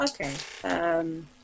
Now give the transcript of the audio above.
Okay